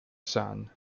son